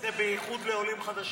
זה בייחוד לעולים חדשים?